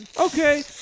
okay